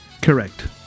Correct